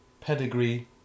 pedigree